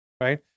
right